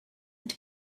and